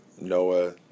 Noah